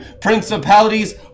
principalities